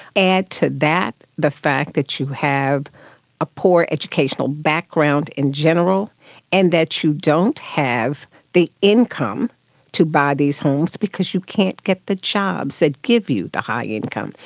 add to that the fact that you have a poor educational background in general and that you don't have the income to buy these homes because you can't get the jobs that give you the high income.